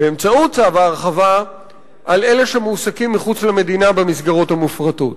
באמצעות צו ההרחבה על אלה שמועסקים מחוץ למדינה במסגרות המופרטות.